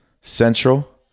Central